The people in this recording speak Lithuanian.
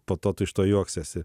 po to tu iš to juoksiesi